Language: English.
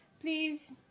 please